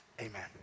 Amen